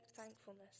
thankfulness